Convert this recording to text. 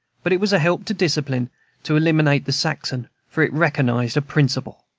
but it was a help to discipline to eliminate the saxon, for it recognized a principle.